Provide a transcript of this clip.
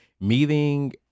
meeting